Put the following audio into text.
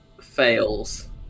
fails